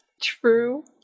True